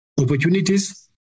Opportunities